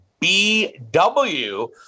BW